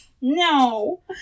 No